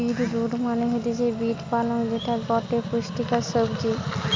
beet root মানে হতিছে beet পালং যেটা গটে পুষ্টিকর সবজি